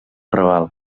raval